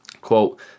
quote